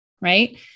right